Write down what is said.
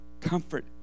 comfort